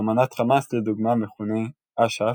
באמנת חמאס, לדוגמה, מכונה אש"ף,